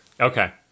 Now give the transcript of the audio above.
Okay